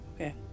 Okay